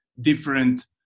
different